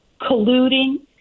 colluding